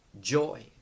Joy